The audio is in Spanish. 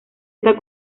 está